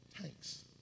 thanks